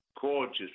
gorgeous